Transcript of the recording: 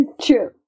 True